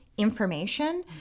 information